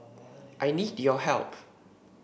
I need your help